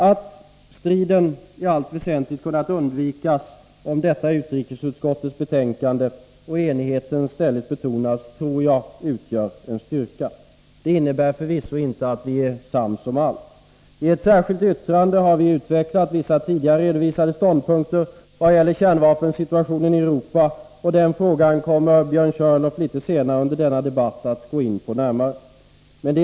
Att striden i allt väsentligt kunnat undvikas om detta utrikesutskottets betänkande och enigheten i stället betonats utgör en styrka. Det innebär förvisso inte att vi är sams om allt. I ett särskilt yttrande har vi moderater utvecklat vissa tidigare redovisade ståndpunkter i vad gäller kärnvapensituationen i Europa, och den frågan kommer Björn Körlof litet senare i denna debatt att gå närmare in på.